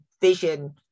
vision